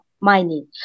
mining